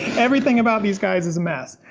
everything about these guys is a mess.